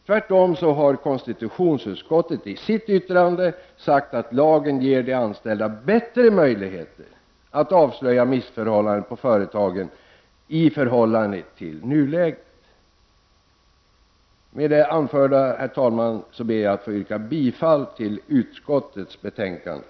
Tvärtom så har konstitutionsutskottet i sitt yttrande sagt att lagen ger de anställda bättre möjligheter att avslöja missförhållanden på företagen i förhållande till nuläget. Med det anförda vill jag yrka bifall till utskottets hemställan i betänkandet.